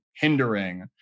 hindering